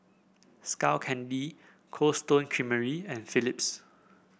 Skull Candy Cold Stone Creamery and Phillips